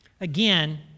Again